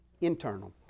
internal